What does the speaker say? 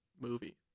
movie